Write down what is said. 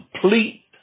complete